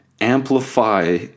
Amplify